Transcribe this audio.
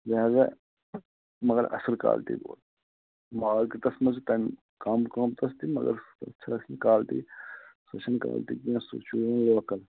لیٚہذا مَگر اصٕل کالٹی وول مال چھُ تتھ منٛز تمہِ کَم قٍمتس تہِ مَگر سُہ گژھِ نہٕ کالٹی سُہ چھُنہٕ کالٹی کیٚنٛہہ سُہ چھُ لوکَل